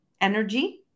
energy